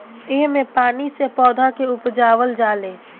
एह मे पानी से पौधा के उपजावल जाले